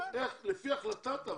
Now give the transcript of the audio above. לפי החלטת הוועדה,